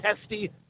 testy